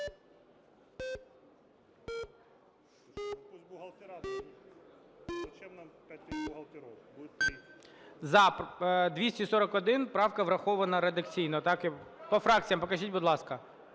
За-241 Правка врахована редакційно. По фракціях покажіть, будь ласка.